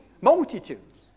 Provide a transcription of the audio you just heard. Multitudes